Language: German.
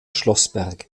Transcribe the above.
schlossberg